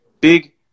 Big